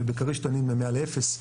ובכריש תמיד מ-100 ל-0.